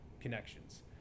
connections